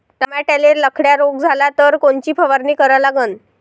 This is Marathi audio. टमाट्याले लखड्या रोग झाला तर कोनची फवारणी करा लागीन?